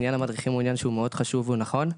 עניין המדריכים הוא עניין שהוא מאוד חשוב והוא נכון.